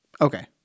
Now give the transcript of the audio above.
okay